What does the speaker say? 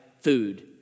food